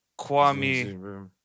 Kwame